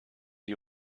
die